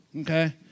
Okay